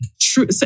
True